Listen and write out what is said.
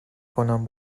کنم